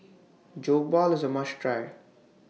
Jokbal IS A must Try